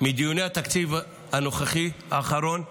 מדיוני התקציב הנוכחי, האחרון,